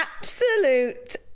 absolute